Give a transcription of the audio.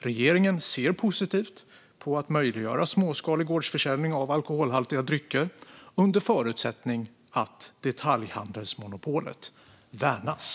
Regeringen ser positivt på att möjliggöra småskalig gårdsförsäljning av alkoholhaltiga drycker under förutsättning att detaljhandelsmonopolet värnas.